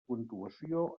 puntuació